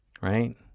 Right